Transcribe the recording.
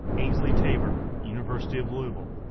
ainsley tabor, university of louisville,